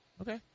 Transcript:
Okay